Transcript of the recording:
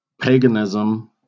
paganism